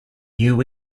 new